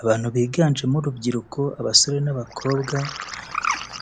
Abantu biganjemo urubyiruko abasore n'abakobwa